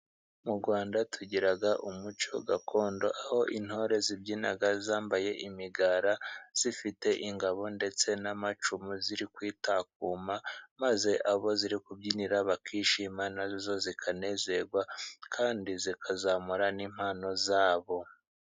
Mu Rwanda tugira umuco gakondo aho intore zibyina zambaye imigara zifite ingabo ndetse n'amacumu ziri kwitakuma, maze abo ziri kubyinira bakishima na zo zikanezerwa, kandi zikazamura n'impano zabo.